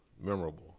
memorable